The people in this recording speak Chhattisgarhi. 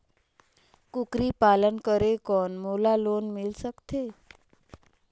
कूकरी पालन करे कौन मोला लोन मिल सकथे?